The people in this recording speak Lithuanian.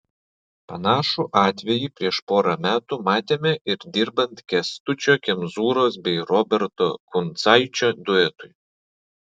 panašų atvejį prieš porą metų matėme ir dirbant kęstučio kemzūros bei roberto kuncaičio duetui